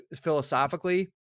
philosophically